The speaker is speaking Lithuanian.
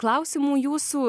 klausimų jūsų